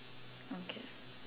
okay